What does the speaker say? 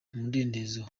umudendezo